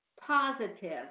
Positive